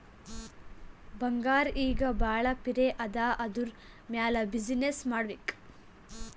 ಬಂಗಾರ್ ಈಗ ಭಾಳ ಪಿರೆ ಅದಾ ಅದುರ್ ಮ್ಯಾಲ ಬಿಸಿನ್ನೆಸ್ ಮಾಡ್ಬೇಕ್